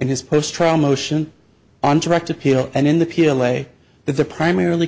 in his post trial motion on direct appeal and in the pillay that the primarily